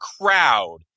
crowd